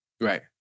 Right